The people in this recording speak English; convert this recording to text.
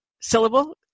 syllable